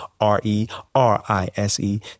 R-E-R-I-S-E